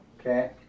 Okay